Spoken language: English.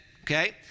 okay